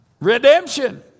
Redemption